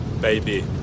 baby